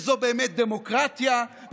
להעמיד פנים שזו באמת כנסת וזו באמת דמוקרטיה,